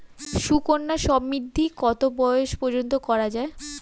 সুকন্যা সমৃদ্ধী কত বয়স পর্যন্ত করা যায়?